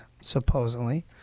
supposedly